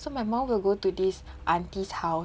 so my mum will go to this auntie's house